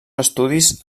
estudis